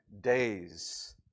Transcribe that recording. days